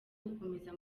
gukomeza